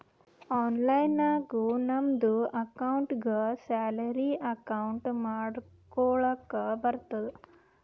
online ನಾಗು ನಮ್ದು ಅಕೌಂಟ್ಗ ಸ್ಯಾಲರಿ ಅಕೌಂಟ್ ಮಾಡ್ಕೊಳಕ್ ಬರ್ತುದ್